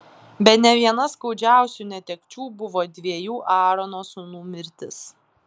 bene viena skaudžiausių netekčių buvo dviejų aarono sūnų mirtis